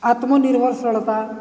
ଆତ୍ମନିର୍ଭରଶୀଳତା